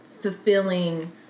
fulfilling